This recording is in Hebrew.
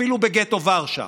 אפילו בגטו ורשה,